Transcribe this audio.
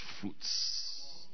fruits